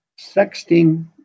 Sexting